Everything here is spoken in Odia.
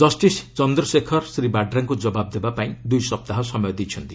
ଜଷ୍ଟିସ୍ ଚନ୍ଦ୍ରଶେଖର ଶ୍ରୀ ବାଡ୍ରାଙ୍କୁ ଜବାବ୍ ଦେବାପାଇଁ ଦୁଇ ସପ୍ତାହ ସମୟ ଦେଇଛନ୍ତି